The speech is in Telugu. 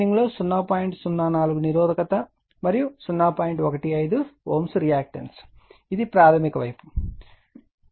15 Ω రియాక్టన్స్ ఇది ప్రాధమిక వైపు ఇది మరియు ద్వితీయ వైపు ఇది ఇవ్వబడింది